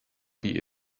die